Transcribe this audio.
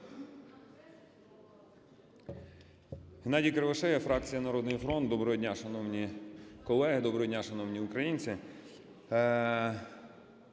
Геннадій Кривошея, фракція "Народний фронт". Доброго дня, шановні колеги! Доброго дня, шановні українці!